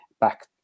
back